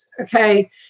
Okay